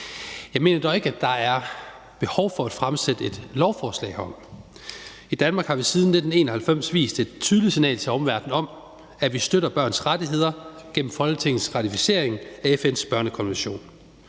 Jeg mener dog ikke, at der er behov for at fremsætte et lovforslag herom. I Danmark har vi siden 1991 givet et tydeligt signal til omverdenen om, at vi støtter børns rettigheder gennem Folketingets ratificering af FN's børnekonvention,